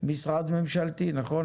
משרד ממשלתי נכון?